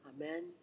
Amen